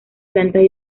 plantas